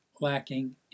lacking